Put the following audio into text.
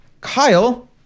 Kyle